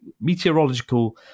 meteorological